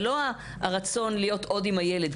זה לא הרצון להיות עוד עם הילד,